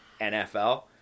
NFL